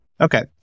Okay